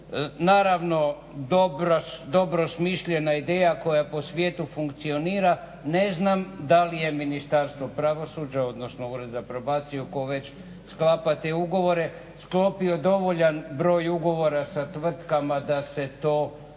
Naravno, dobro smišljena ideja koja po svijetu funkcionira ne znam da li je Ministarstvo pravosuđa odnosno Ured za probaciju, tko već sklapa te ugovore, sklopio dovoljan broj ugovora sa tvrtkama da se to može